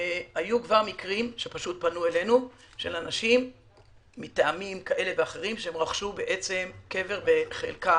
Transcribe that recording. היו כבר מקרים של אנשים שפנו אלינו שמטעמים כלשהם רכשו קבר וחלקה